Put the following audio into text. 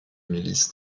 milice